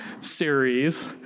series